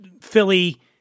Philly